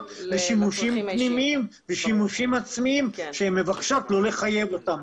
לשימושים פנימיים ולשימושים עצמיים שהן מבקשות לא לחייב אותם.